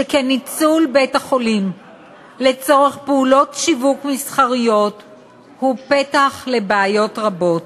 שכן ניצול בית-החולים לצורך פעולות שיווק מסחריות הוא פתח לבעיות רבות,